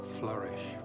flourish